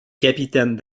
capitaine